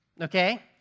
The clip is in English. okay